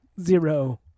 Zero